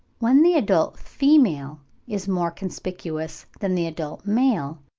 when the adult female is more conspicuous than the adult male,